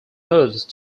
moved